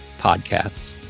podcasts